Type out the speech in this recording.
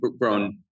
grown